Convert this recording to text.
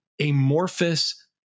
amorphous